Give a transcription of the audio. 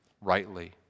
rightly